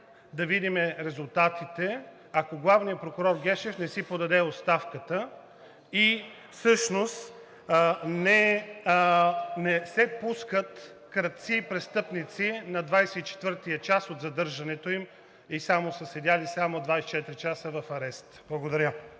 да видим резултатите, ако главният прокурор Гешев не си подаде оставката и всъщност не се пускат крадци и престъпници на 24-тия час от задържането им и само са седели 24 часа в ареста. Благодаря.